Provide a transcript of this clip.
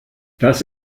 das